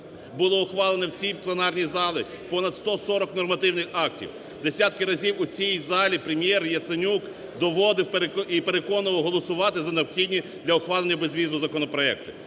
Було ухвалено в цій пленарній залі понад 140 нормативних актів. Десятки разів у цій залі Прем'єр Яценюк доводив і переконував голосувати за необхідні для ухвалення безвізу законопроекти.